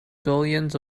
billions